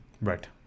Right